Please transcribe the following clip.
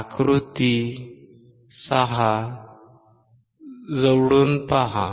आकृती 6 जवळून पहा